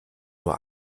nur